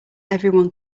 everyone